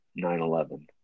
9-11